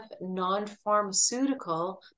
non-pharmaceutical